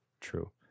true